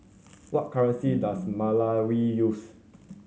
what currency does Malawi use